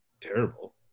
terrible